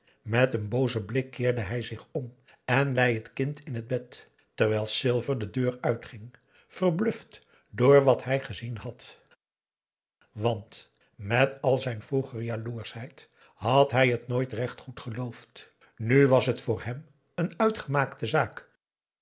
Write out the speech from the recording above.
met een boozen blik keerde zij zich om en lei het kind in t bed terwijl silver de deur uitging verbluft door wat hij gezien had want met al zijn vroegere jaloerschheid had hij het nooit recht goed geloofd nu was het voor hem een uitgemaakte zaak